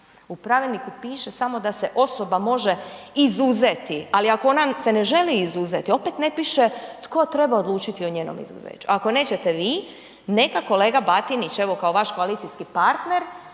U pravilniku piše samo da se osoba može izuzeti. Ali ako ona se ne želi izuzeti opet ne piše tko treba odlučiti o njenom izuzeću. Ako nećete vi, neka kolega Batinić evo kao vaš koalicijski partner